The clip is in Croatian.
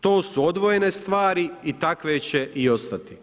To su odvojene stvari i takve će i ostati.